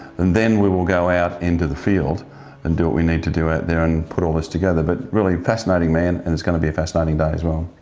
and then we will go out into the field and do what we need to do out there and put all this together. but really fascinating man, and it's going to be a fascinating day as well.